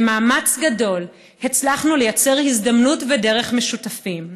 במאמץ גדול הצלחנו לייצר הזדמנות ודרך משותפים.